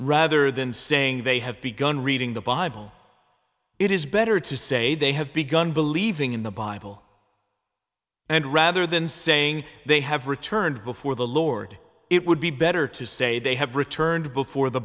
rather than saying they have begun reading the bible it is better to say they have begun believing in the bible and rather than saying they have returned before the lord it would be better to say they have returned before the